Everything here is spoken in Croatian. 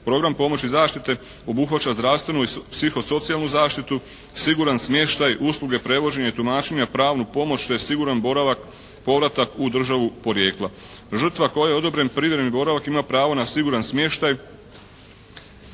Program pomoći i zaštite obuhvaća zdravstvenu i psihosocijalnu zaštitu, siguran smještaj, usluge prevođenja i tumačenja, pravnu pomoć te siguran boravak, povratak u državu porijekla. Žrtva kojoj je odobren privremeni boravak ima pravo na siguran smještaj,